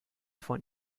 von